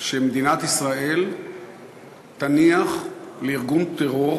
שמדינת ישראל תניח לארגון טרור